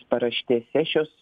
paraštėse šios